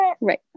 Right